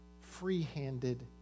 free-handed